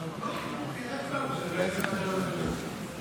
ההצעה להעביר את הנושא לוועדת הפנים